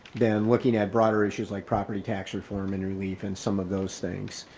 then looking at broader issues like property tax reform and relief and some of those things,